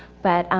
but,